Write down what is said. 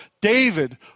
David